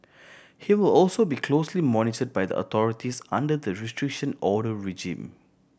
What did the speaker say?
he will also be closely monitored by the authorities under the Restriction Order regime